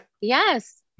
yes